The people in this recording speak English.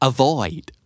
Avoid